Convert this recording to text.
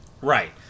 Right